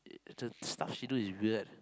the stuff she do is weird